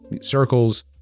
circles